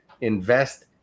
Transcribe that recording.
invest